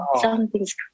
Something's